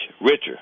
richer